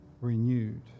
renewed